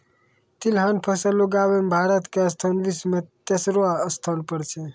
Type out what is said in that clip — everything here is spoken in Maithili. तिलहन फसल उगाबै मॅ भारत के स्थान विश्व मॅ तेसरो स्थान पर छै